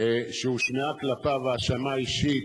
שהושמעה כלפיו האשמה אישית,